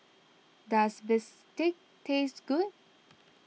does Bistake taste good